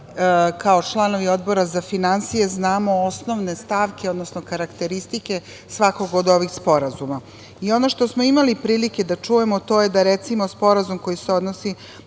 kao članovi Odbora za finansije znamo osnovne stavke, odnosno karakteristike svakog od ovih sporazuma. Ono što smo imali prilike da čujemo to je da, recimo, Sporazum koji se odnosi